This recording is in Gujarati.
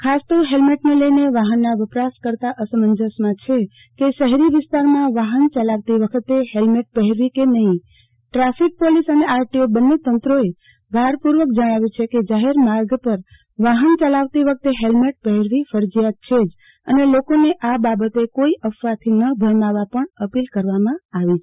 ખાસ તો હેલ્મેટને લઈને વાહનના વપરાશકર્તા અસમંજસમાં છે કે શહેરી વિસ્તારમાં વાહન ચલાવતી વખતે હેલ્મેટ પહેરવી કે નહીં ટ્રાફિક પોલીસ અને આરટીઓ બંને તંત્રોએ ભારપૂર્વક જણાવ્યું છે કે જાહેર માર્ગ પર વાહન ચલાવતી વખતે હેલ્મેટ પહેરવી ફરજિયાત છે જ અને લોકોને આ બાબતે કોઈ અફવાથી ન ભરમાવા પણ અપીલ કરવામાં આવી હતી